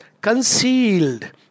concealed